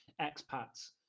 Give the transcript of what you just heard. expats